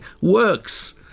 works